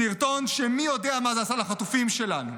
סרטון שמי יודע מה זה עשה לחטופים שלנו.